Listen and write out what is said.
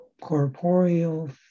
corporeal